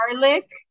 Garlic